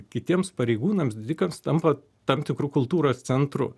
kitiems pareigūnams didikams tampa tam tikru kultūros centru